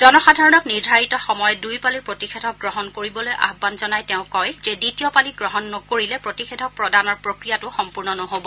জনসাধাৰণক নিৰ্দ্ধাৰিত সময়ত দুয়োপালি প্ৰতিষেধক গ্ৰহণ কৰিবলৈ আহান জনাই তেওঁ কয় যে দ্বিতীয় পালি গ্ৰহণ নকৰিলে প্ৰতিষেধক প্ৰদানৰ প্ৰক্ৰিয়াটো সম্পূৰ্ণ নহব